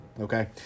Okay